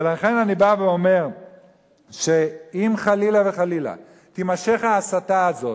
ולכן אני בא ואומר שאם חלילה וחלילה תימשך ההסתה הזאת,